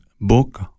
book